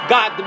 God